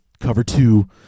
cover-two